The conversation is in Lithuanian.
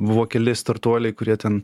buvo keli startuoliai kurie ten